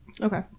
Okay